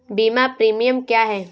बीमा प्रीमियम क्या है?